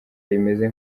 rimeze